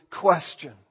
question